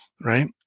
right